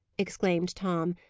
exclaimed tom,